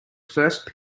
first